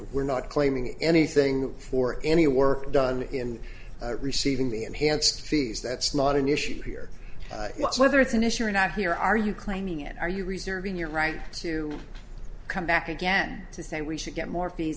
were not claiming anything for any work done in receiving the enhanced fees that's not an issue here is whether it's an issue or not here are you claiming and are you reserving your right to come back again to say we should get more fees